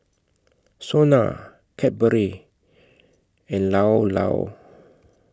Sona Cadbury and Llao Llao